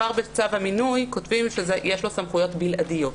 אז כבר בצו המינוי כותבים שיש לו סמכויות בלעדיות.